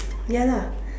ya lah